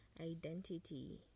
identity